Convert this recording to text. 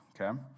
okay